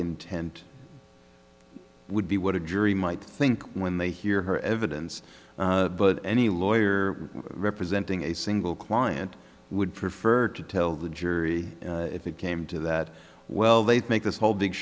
intent would be what a jury might think when they hear her evidence but any lawyer representing a single client would prefer to tell the jury if it came to that well they'd make this whole big